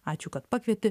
ačiū kad pakvieti